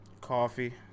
Coffee